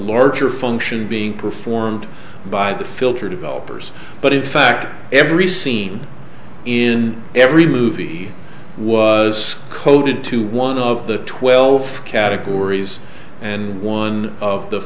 larger function being performed by the filter developers but in fact every scene in every movie was coded to one of the twelve categories and one of the